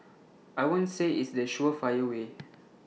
I won't say it's the surefire way